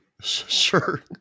Sure